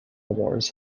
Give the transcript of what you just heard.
wars